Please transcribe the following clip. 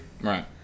right